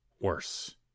worse